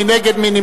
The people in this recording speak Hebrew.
מי נגד?